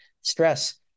stress